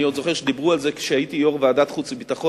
אני זוכר שדיברו על זה עוד כשהייתי יושב-ראש ועדת חוץ וביטחון,